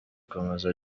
komeza